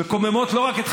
תתבייש לך.